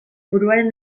buruaren